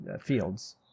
fields